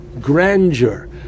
grandeur